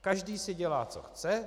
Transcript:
Každý si dělá, co chce.